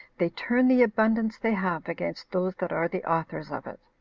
they turn the abundance they have against those that are the authors of it,